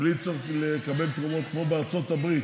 בלי צורך לקבל תרומות כמו בארצות הברית,